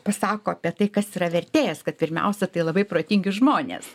pasako apie tai kas yra vertėjas kad pirmiausia tai labai protingi žmonės